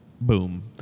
boom